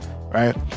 right